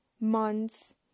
months